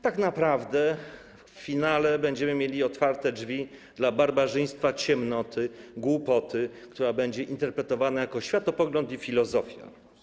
Tak naprawdę w finale będziemy mieli otwarte drzwi dla barbarzyństwa, ciemnoty, głupoty, która będzie interpretowana jako światopogląd i filozofia.